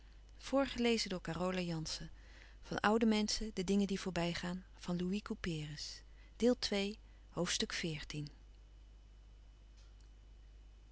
van oude menschen de dingen die voorbij gaan ste deel van